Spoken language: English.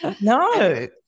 No